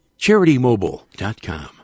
CharityMobile.com